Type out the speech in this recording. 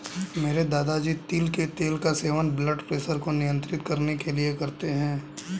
मेरे दादाजी तिल के तेल का सेवन ब्लड प्रेशर को नियंत्रित करने के लिए करते हैं